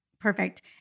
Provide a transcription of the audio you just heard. Perfect